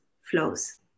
flows